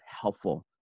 helpful